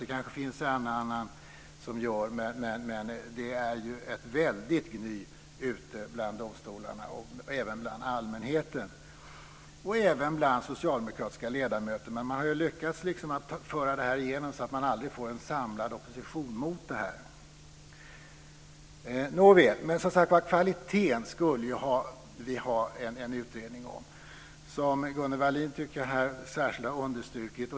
Det kanske finns en och annan som gör det, men det är ju ett väldigt gny ute bland domstolarna och även bland allmänheten och bland socialdemokratiska ledamöter. Men man har lyckats att liksom föra igenom det här så att man aldrig får en samlad opposition mot det. Nåväl, kvaliteten skulle vi ha en utredning om, som Gunnel Wallin särskilt har understrukit.